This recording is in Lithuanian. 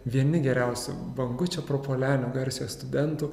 vieni geriausių bangučio prapuolenio garsiojo studentų